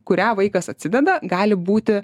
kurią vaikas atsideda gali būti